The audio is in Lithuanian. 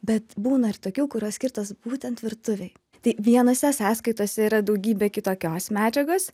bet būna ir tokių kurios skirtos būtent virtuvei tai vienose sąskaitose yra daugybė kitokios medžiagos